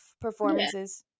performances